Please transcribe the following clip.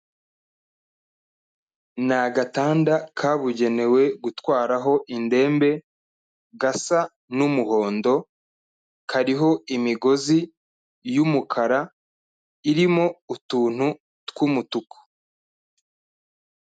Ni agatanda kabugenewe gutwaraho indembe, gasa n'umuhondo, kariho imigozi y'umukara, irimo utuntu tw'umutuku.